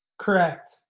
Correct